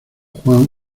juan